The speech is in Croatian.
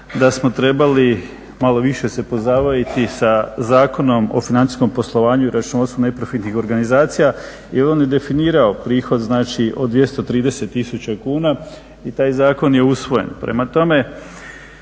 da smo trebali malo više se pozabaviti sa Zakonom o financijskom poslovanju i računovodstvu neprofitnih organizacija jer on je definirao prihod, znači od 230 tisuća kuna i taj zakon je usvojen.